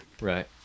right